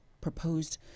proposed